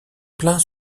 plein